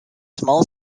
small